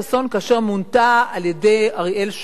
כאשר מונתה על-ידי אריאל שרון,